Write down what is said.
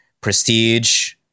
prestige